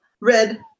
Red